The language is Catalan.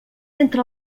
entre